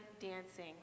dancing